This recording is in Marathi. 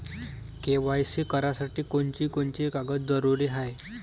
के.वाय.सी करासाठी कोनची कोनची कागद जरुरी हाय?